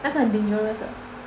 那个很 dangerous 的